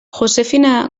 josefina